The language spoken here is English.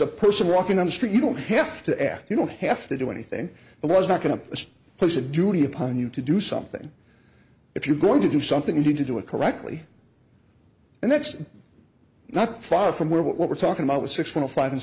a person walking on the street you don't have to ask you don't have to do anything but i was not going to this has a duty upon you to do something if you're going to do something you need to do it correctly and that's not far from where what we're talking about with six point five and